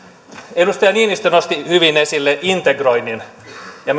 edustaja niinistö nosti hyvin esille integroinnin ja